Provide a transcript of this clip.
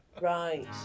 right